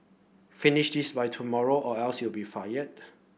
finish this by tomorrow or else you'll be fired